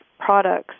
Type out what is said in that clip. Products